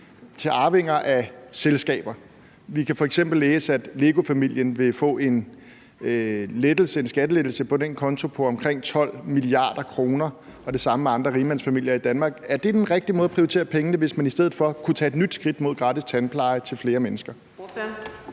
til arvinger af selskaber? Vi kan f.eks. læse, at LEGO-familien vil få en skattelettelse på den konto på omkring 12 mia. kr., og det samme gælder andre rigmandsfamilier i Danmark. Er det den rigtige måde at prioritere pengene på, hvis man i stedet for kunne tage et nyt skridt mod gratis tandpleje til flere mennesker?